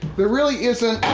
there really isn't